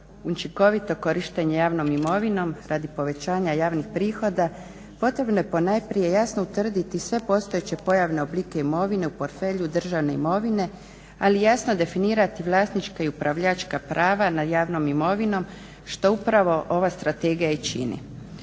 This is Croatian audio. učinkovito korištenje javnom imovinom radi povećanja javnih prihoda potrebno je ponajprije jasno utvrditi sve postojeće pojavne oblike imovine u portfelju državne imovine, ali i jasno definirati vlasnička i upravljačka prava nad javnom imovinom što upravo ova strategija i čini.